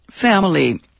family